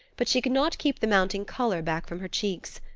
but she could not keep the mounting color back from her cheeks.